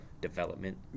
development